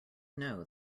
know